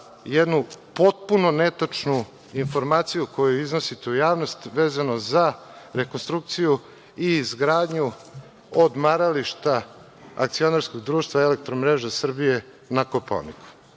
jednu potpuno netačnu informaciju koju iznosite u javnost, vezano za rekonstrukciju i izgradnju odmarališta akcionarskog društva „Elektromreža Srbije“ na Kopaoniku.